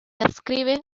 adscribe